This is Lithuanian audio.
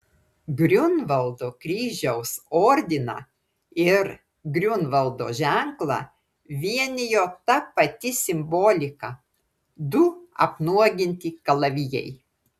griunvaldo kryžiaus ordiną ir griunvaldo ženklą vienijo ta pati simbolika du apnuoginti kalavijai